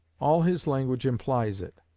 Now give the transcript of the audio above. all his language implies it.